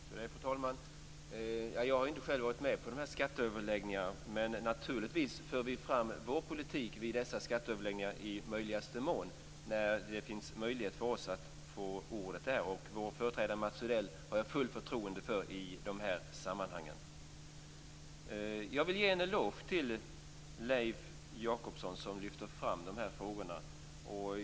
Fru talman! Jag har inte själv varit med på skatteöverläggningarna, men vi för naturligtvis fram vår politik vid dessa skatteöverläggningar i möjligaste mån när det finns möjlighet för oss att få ordet där. Jag har fullt förtroende för vår företrädare Mats Odell i de här sammanhangen. Jag vill ge en eloge till Leif Jakobsson som lyfter fram de här frågorna.